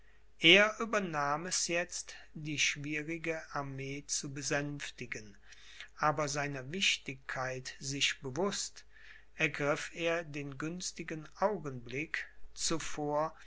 er übernahm es jetzt die schwierige armee zu besänftigen aber seiner wichtigkeit sich bewußt ergriff er den günstigen augenblick zuvor